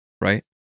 right